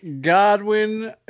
Godwin